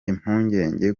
impungenge